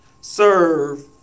Serve